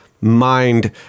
mind